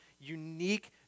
unique